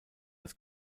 das